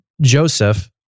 Joseph